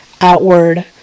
outward